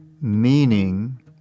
meaning